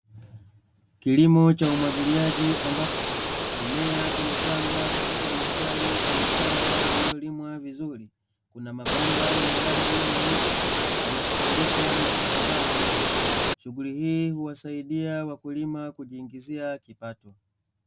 Kilimo cha umwagiliaji ambapo mimea imepandwa katika mistari kwenye shamba lililolimwa vizuri, kuna mabomba yenye rangi nyeusi yanasafirisha na kusambaza maji. Shughuli hii huwasaidia wakulima kujiingizia kipato.